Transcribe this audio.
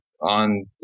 on